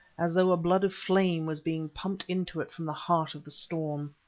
as though a blood of flame was being pumped into it from the heart of the storm.